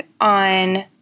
on